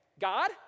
god